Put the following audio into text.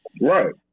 Right